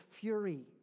fury